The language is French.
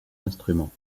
instruments